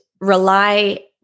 rely